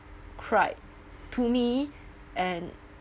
cried to me and